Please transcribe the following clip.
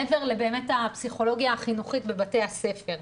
מעבר לבאמת הפסיכולוגיה החינוכית בבתי הספר.